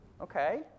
Okay